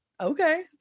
okay